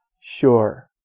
Sure